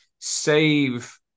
save